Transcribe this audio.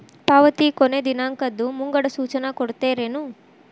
ಪಾವತಿ ಕೊನೆ ದಿನಾಂಕದ್ದು ಮುಂಗಡ ಸೂಚನಾ ಕೊಡ್ತೇರೇನು?